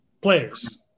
Players